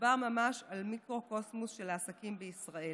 מדובר ממש במיקרוקוסמוס של העסקים בישראל.